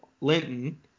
Linton